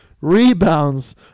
rebounds